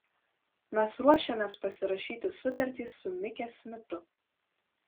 mes ruošiamės pasirašyti sutartį su mike smitu